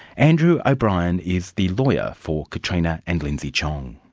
andrew o'brien is the lawyer for katrina and lindsay tjiong.